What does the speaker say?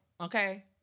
Okay